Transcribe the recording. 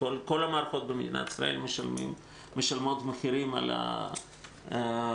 כל המערכות במדינת ישראל משלמות מחירים על המשבר.